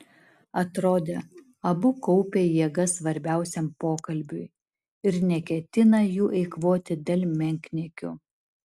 atrodė abu kaupia jėgas svarbiausiam pokalbiui ir neketina jų eikvoti dėl menkniekių